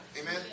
Amen